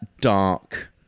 dark